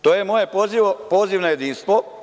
To je moj poziv na jedinstvo.